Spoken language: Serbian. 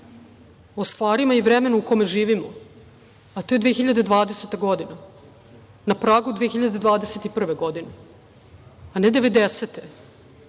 o stvarima i vremenu u kome živimo, a to je 2020. godina, na pragu 2021. godine, a ne devedesete.